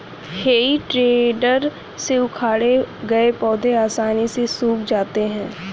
हेइ टेडर से उखाड़े गए पौधे आसानी से सूख जाते हैं